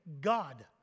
God